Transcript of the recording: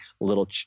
little